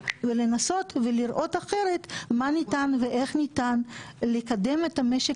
ולנסות ולראות אחרת מה ניתן ואיך ניתן לקדם את משק